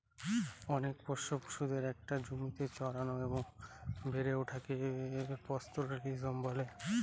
অনেক পোষ্য পশুদের একটা জমিতে চড়ানো এবং বেড়ে ওঠাকে পাস্তোরেলিজম বলে